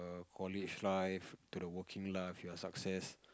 the college life to the working life you are success